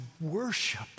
worship